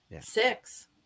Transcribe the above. six